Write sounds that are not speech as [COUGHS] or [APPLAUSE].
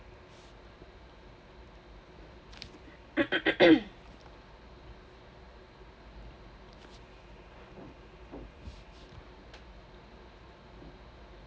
[COUGHS]